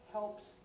helps